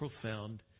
profound